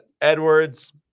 Edwards